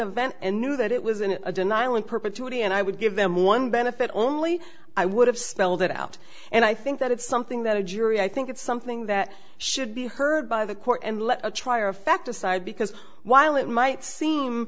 event and knew that it was in a denial in perpetuity and i would give them one benefit only i would have spelled it out and i think that it's something that a jury i think it's something that should be heard by the court and let a trier of fact aside because while it might seem